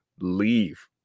leave